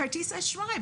כרטיס אשראי,